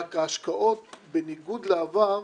רק שההשקעות בניגוד לעבר